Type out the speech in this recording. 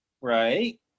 Right